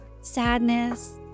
sadness